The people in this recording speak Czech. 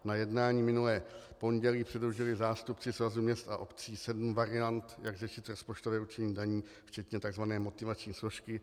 Na jednání minulé pondělí předložili zástupci Svazu měst a obcí sedm variant, jak řešit rozpočtové určení daní včetně tzv. motivační složky.